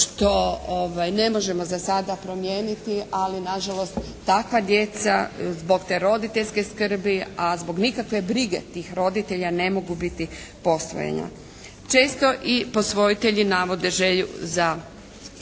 što ne možemo za sada promijeniti ali nažalost takva djeca zbog te roditeljske skrbi, a zbog nikakve brige tih roditelja ne mogu biti posvojena. Često i posvojitelji navode želju za,